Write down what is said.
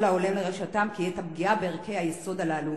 ההולם לרשעותם כי אם את הפגיעה בערכי היסוד הללו.